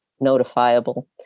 notifiable